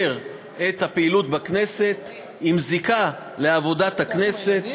את הפעילות בכנסת עם זיקה לעבודת הכנסת,